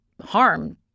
harm